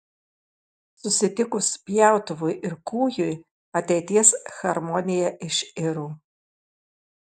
susitikus pjautuvui ir kūjui ateities harmonija iširo